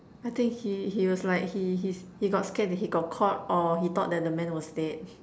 I think he he was like he he got scared that he got caught or he thought that the man was dead